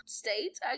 state